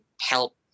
help